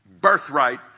birthright